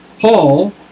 Paul